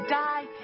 die